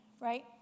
right